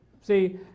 See